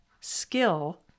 skill